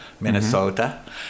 Minnesota